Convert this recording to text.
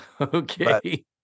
Okay